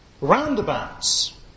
roundabouts